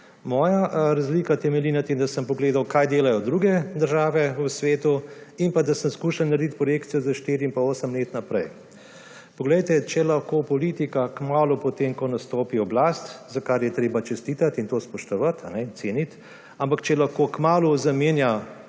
Moja razlika temelji na tem, da sem pogledal, kaj delajo druge države v svetu, in da sem skuša narediti projekcijo za štiri in osem let naprej. Poglejte, če lahko politika kmalu potem, ko nastopi oblast, za kar ji je treba čestitati in to spoštovati in ceniti, ampak če lahko kmalu zamenja